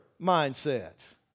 mindset